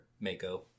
Mako